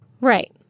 Right